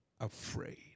afraid